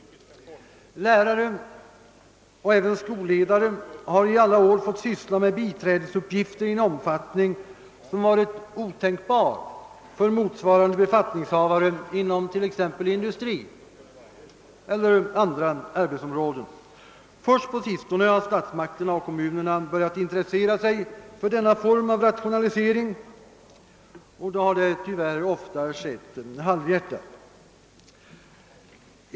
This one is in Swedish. Lärare och även skolledare har i alla år måst syssla med biträdesuppgifter i en omfattning som varit otänkbar för motsvarande befattningshavare inom industrin och på andra områden. Först på sistone har statsmakterna och kommunerna börjat intressera sig för denna form av rationalisering men då tyvärr ofta halvhjärtat.